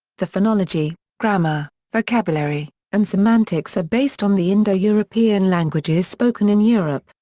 the phonology, grammar, vocabulary, and semantics are based on the indo-european languages spoken in europe.